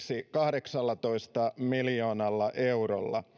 kahdeksallatoista miljoonalla eurolla